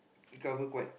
cover quite